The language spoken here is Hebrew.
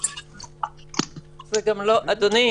אדוני,